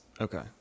Okay